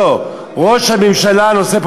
לא, ראש הממשלה נושא פה